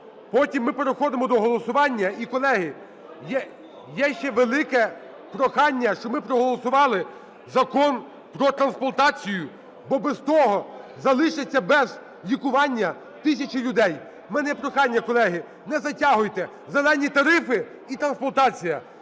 потім ми переходимо до голосування. І, колеги, є ще велике прохання, щоб ми проголосували Закон про трансплантацію, бо без того залишаться без лікування тисячі людей. В мене прохання, колеги, не затягуйте, "зелені" тарифи і трансплантація.